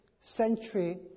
century